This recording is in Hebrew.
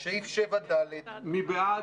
מי בעד?